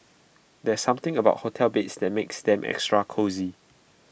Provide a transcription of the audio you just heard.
there's something about hotel beds that makes them extra cosy